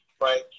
Right